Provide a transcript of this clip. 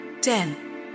ten